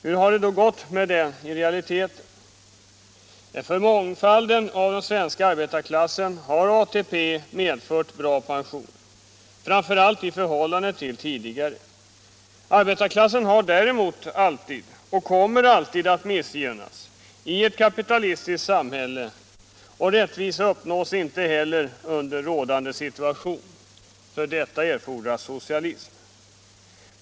Hur har det då gått med detta i realiteten? För mångfalden av den svenska arbetarklassen har ATP medfört bra pensioner, framför allt i förhållande till tidigare. Arbetarklassen har däremot alltid missgynnats och kommer alltid att missgynnas i ett kapitalistiskt samhälle, och rättvisa uppnås inte heller under rådande situation. För detta fordras socialism.